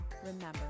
remember